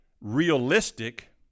realistic